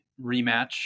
rematch